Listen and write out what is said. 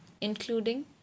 including